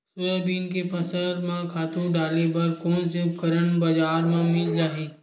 Soybean के फसल म खातु डाले बर कोन से उपकरण बजार म मिल जाहि?